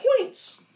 points